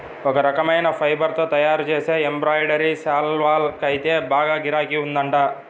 ఒక రకమైన ఫైబర్ తో తయ్యారుజేసే ఎంబ్రాయిడరీ శాల్వాకైతే బాగా గిరాకీ ఉందంట